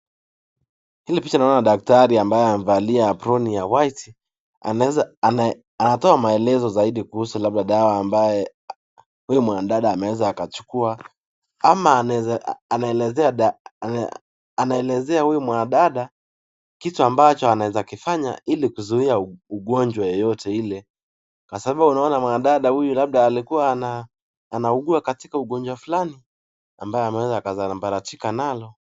Hili picha naona daktari ambaye amevalia aproni ya [white]. Anatoa maelezo zaidi kuhusu labda dawa ambaye huyu mwanadada ameweza akachukua ama anaelezea huyu mwanadada kitu ambacho anaezakifanya ili kuzuiya ugonjwa yeyote ile, kwa sababu naona mwanadada huyu labda alikuwa anaugua katika ugunjwa fulani ambayo ameweza kusambaratika nalo.